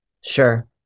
Sure